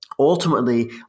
ultimately